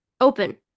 Open